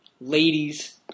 Ladies